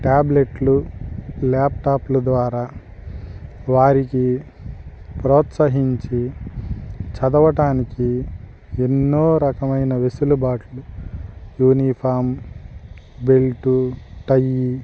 ట్యాబ్లెట్లు ల్యాప్టాప్ల ద్వారా వారికి ప్రోత్సహించి చదవటానికి ఎన్నో రకమైన వెసులుబాట్లు యూనిఫామ్ బెల్టు టై